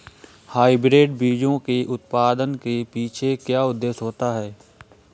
Hybrid बीजों के उत्पादन के पीछे क्या उद्देश्य होता है?